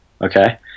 okay